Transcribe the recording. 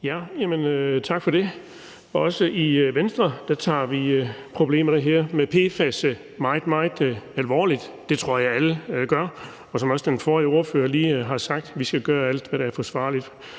Tak for det. Også i Venstre tager vi problemerne her med PFAS meget, meget alvorligt – det tror jeg alle gør. Og som også den forrige ordfører lige har sagt: Vi skal gøre alt, hvad der er forsvarligt,